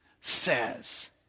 says